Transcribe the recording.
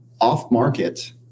off-market